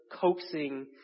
coaxing